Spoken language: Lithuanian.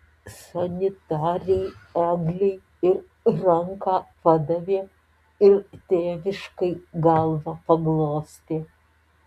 sanitarei eglei ir ranką padavė ir tėviškai galvą paglostė